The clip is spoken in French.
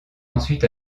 ensuite